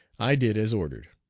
i did as ordered.